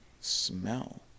smell